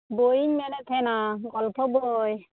ᱵᱳᱭᱤᱧ ᱢᱮᱱᱮᱫ ᱛᱟᱦᱮᱱᱟ ᱜᱚᱞᱯᱷᱚ ᱵᱳᱭ